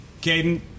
Caden